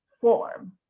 form